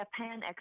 Japan